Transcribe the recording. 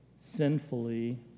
sinfully